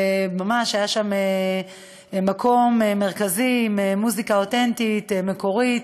היה שם מקום מרכזי עם מוזיקה אותנטית, מקורית,